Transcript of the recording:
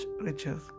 riches